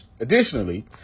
Additionally